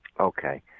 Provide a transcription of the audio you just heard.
Okay